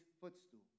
footstool